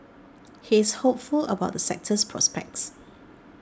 he is hopeful about the sector's prospects